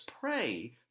pray